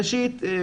ראשית,